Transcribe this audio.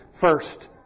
first